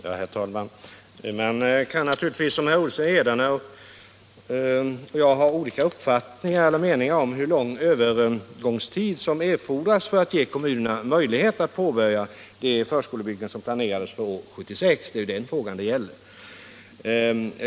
Herr talman! Man kan naturligtvis, som herr Olsson i Edane och jag, ha olika meningar om hur lång övergångstid som erfordras för att ge komnrunerna möjlighet att påbörja de förskolebyggen som planerades för 1976 — det är ju dem det gäller.